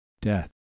Death